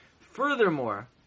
Furthermore